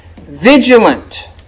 vigilant